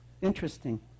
Interesting